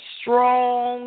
Strong